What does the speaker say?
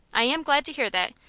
i am glad to hear that.